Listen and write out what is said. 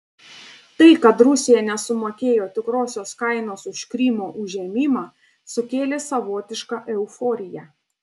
tai kad rusija nesumokėjo tikrosios kainos už krymo užėmimą sukėlė savotišką euforiją